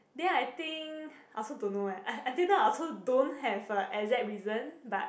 then I think I also don't know eh until now I also don't have exact reason but